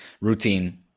routine